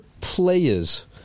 players